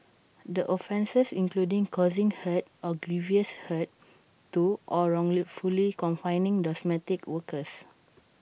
the offences included causing hurt or grievous hurt to or wrongfully confining domestic workers